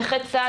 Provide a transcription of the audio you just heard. נכי צה"ל.